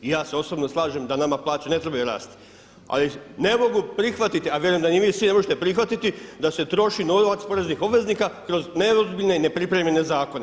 I ja se osobno slažem da nama plaće ne trebaju rasti, ali ne mogu prihvatiti, a vjerujem da ni vi svi ne možete prihvatiti da se troši novac poreznih obveznika kroz neozbiljne i nepripremljene zakone.